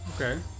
Okay